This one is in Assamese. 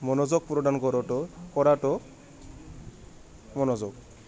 মনোযোগ প্ৰদান কৰাটো কৰাটো মনোযোগ